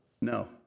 No